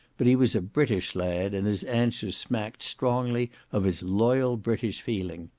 but he was a british lad, and his answers smacked strongly of his loyal british feeling.